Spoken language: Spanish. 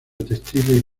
textiles